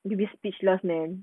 you will be speechless man